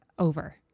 Over